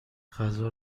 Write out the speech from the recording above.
غذا